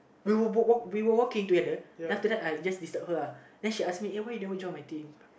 we were walk we were walking together then after that I just disturb her uh then she ask me uh why you never join my team